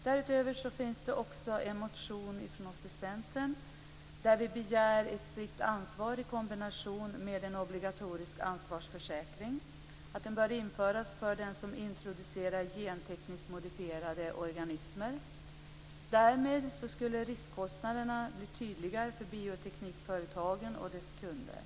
Därutöver finns det en motion från oss i Centern i vilken vi begär ett strikt ansvar i kombination med en obligatorisk ansvarsförsäkring. Den bör införas för den som introducerar gentekniskt modifierade organismer. Därmed skulle riskkostnaderna blir tydligare för bioteknikföretagen och deras kunder.